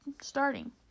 starting